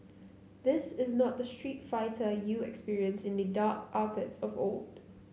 this is not the Street Fighter you experienced in the dark arcades of old